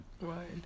Right